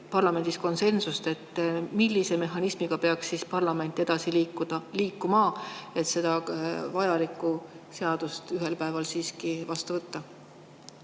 parlamendis konsensust, siis millise mehhanismiga peaks parlament edasi liikuma, et see vajalik seadus ühel päeval siiski vastu võtta?